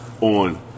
on